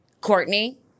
Courtney